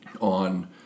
on